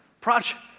Project